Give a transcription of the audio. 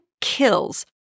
kills